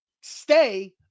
stay